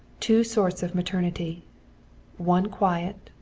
two sorts of maternity one quiet,